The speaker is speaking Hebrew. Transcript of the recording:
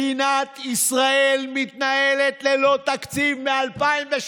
מדינת ישראל מתנהלת ללא תקציב מ-2018.